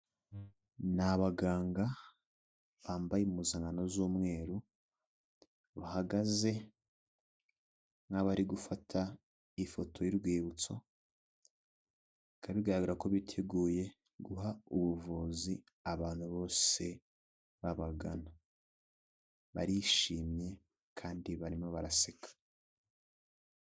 Ni abaganga bambaye impuzano z'umweru, bahagaze nk'abari gufata ifoto y'urwibutso, bikaba bigaragara ko biteguye guha ubuvuzi abantu bose babagana. Barishimye kandi barimo baraseka.